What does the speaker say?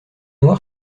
noir